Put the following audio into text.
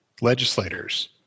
legislators